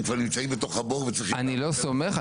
כבר נמצאים בתוך הבור --- אני לא סומך,